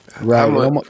Right